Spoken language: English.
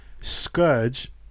Scourge